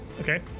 Okay